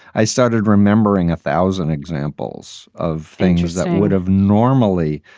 i started remembering a thousand examples of things that would have normally